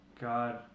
God